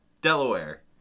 Delaware